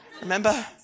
Remember